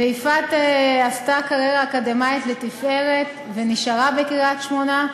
ויפעת עשתה קריירה אקדמית לתפארת ונשארה בקריית-שמונה,